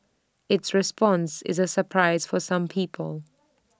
its response is A surprise for some people